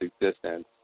existence